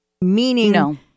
meaning